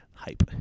hype